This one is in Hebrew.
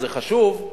וזה חשוב,